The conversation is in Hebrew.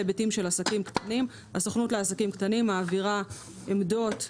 לעסקים קטנים, הסוכנות לעסקים קטנים מעבירה עמדות,